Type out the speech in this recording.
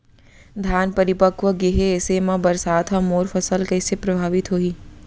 धान परिपक्व गेहे ऐसे म बरसात ह मोर फसल कइसे प्रभावित होही?